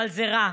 אבל זה רע.